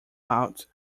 out